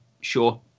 sure